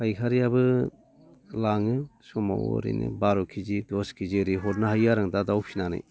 फायखारियाबो लाङो समाव ओरैनो बार' के जि दस के जि ओरै हरनो हायो आरो आं दा दाउ फिसिनानै